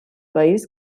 país